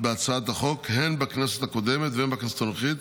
בהצעת החוק, הן בכנסת הקודמת והן בכנסת הנוכחית,